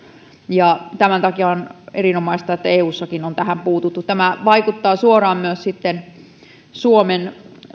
tämän takia on erinomaista että eussakin on tähän puututtu tämä vaikuttaa suoraan myös suomen